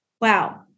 Wow